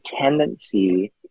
tendency